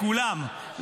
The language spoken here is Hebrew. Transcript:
לכולם,